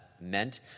meant